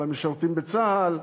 על המשרתים בצה"ל,